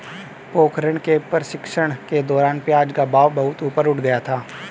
पोखरण के प्रशिक्षण के दौरान प्याज का भाव बहुत ऊपर उठ गया था